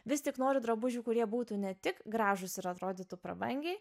vis tik noriu drabužių kurie būtų ne tik gražūs ir atrodytų prabangiai